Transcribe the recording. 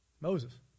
Moses